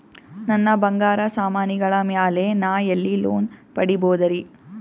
ನನ್ನ ಬಂಗಾರ ಸಾಮಾನಿಗಳ ಮ್ಯಾಲೆ ನಾ ಎಲ್ಲಿ ಲೋನ್ ಪಡಿಬೋದರಿ?